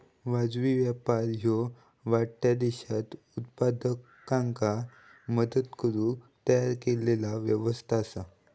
वाजवी व्यापार ह्या वाढत्या देशांत उत्पादकांका मदत करुक तयार केलेला व्यवस्था असा